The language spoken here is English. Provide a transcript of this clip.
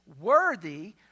worthy